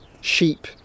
sheep